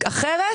אחרת